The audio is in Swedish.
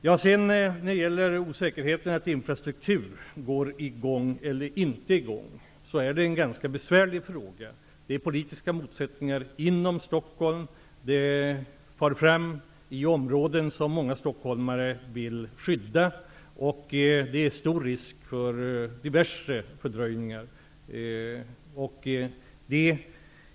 Frågan om osäkerheten när det gäller att sätta i gång infrastruktursatsningar är ganska besvärlig. Det finns politiska motsättningar inom Stockholm. Infrastrukturåtgärderna gäller områden som många stockholmare vill skydda. Det är stor risk för fördröjningar av olika slag.